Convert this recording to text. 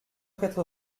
quatre